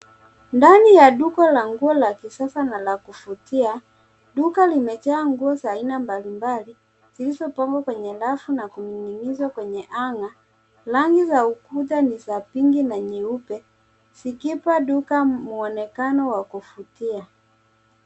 Ndani ya duka la nguo la kisasa na la kuvutia duka limejaa nguo za aina mbali mbali zilizo bomwa kwenye rafu na kuning'inizwa kwenye [cs ] hang'a [cs ]. Rangi za ukuta ni za [cs ] pinki [cs ] na nyeupe zikiipa duka mwonekano wa kuvutia.